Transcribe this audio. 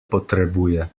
potrebuje